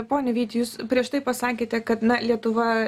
pone vyti jūs prieš tai pasakėte kad na lietuva